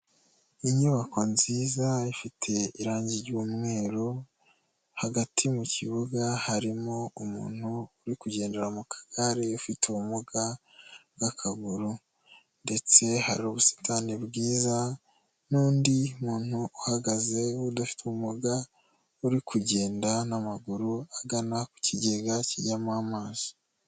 Inyubako nziza ifite irangi ry'umweru, hagati mu kibuga harimo umuntu uri kugendera mu kagare ufite ubumuga bw'akaguru, ndetse hari ubusitani bwiza, n'undi muntu uhagaze udafite umuga, uri kugenda n'amaguru agana ku kigega kijyamo amazi.